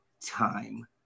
time